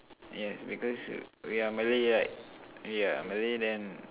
yes because we are Malay right we are Malay then